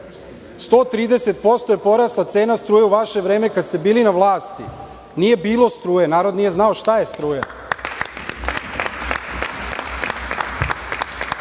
130% je porasla cena struje u vaše vreme, kada ste bili na vlasti. Nije bilo struje, narod nije znao šta je struja.